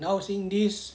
now seeing this